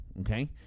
Okay